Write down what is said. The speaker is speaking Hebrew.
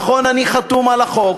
נכון, אני חתום על החוק,